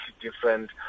different